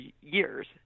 years